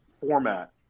format